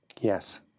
Yes